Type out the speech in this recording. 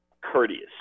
courteous